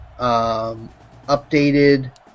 updated